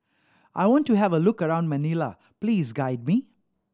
I want to have a look around Manila please guide me